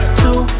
two